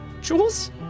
Jules